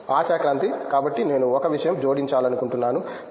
ఆశా క్రాంతి కాబట్టి నేను ఒక విషయం జోడించాలనుకుంటున్నాను బి